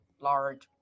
large